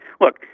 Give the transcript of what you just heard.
Look